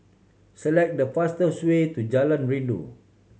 select the fastest way to Jalan Rindu